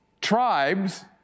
tribes